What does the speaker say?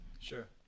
Sure